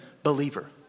believer